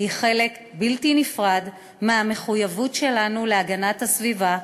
היא חלק בלתי נפרד מהמחויבות שלנו להגנת הסביבה,